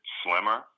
slimmer